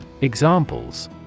Examples